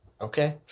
Okay